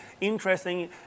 interesting